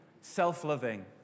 self-loving